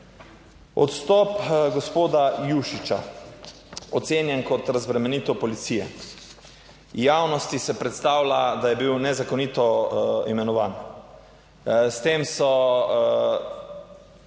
Odstop gospoda Jušića ocenjen kot razbremenitev policije, javnosti se predstavlja, da je bil nezakonito imenovan. S tem so